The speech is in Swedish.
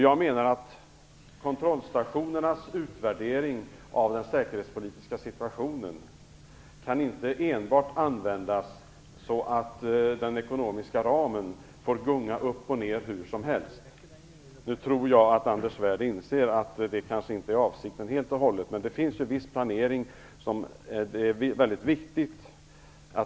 Jag menar att kontrollstationernas utvärdering av den säkerhetspolitiska situationen inte enbart kan användas så att den ekonomiska ramen får gunga upp och ned hur som helst. Jag tror att Anders Svärd inser att det inte är avsikten. Men det finns viss planering som måste ske långsiktigt.